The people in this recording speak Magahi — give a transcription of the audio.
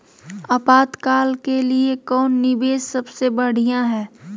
आपातकाल के लिए कौन निवेस सबसे बढ़िया है?